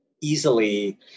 easily